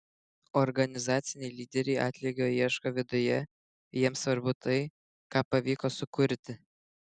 organizaciniai lyderiai atlygio ieško viduje jiems svarbu tai ką pavyko sukurti